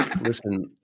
Listen